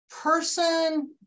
person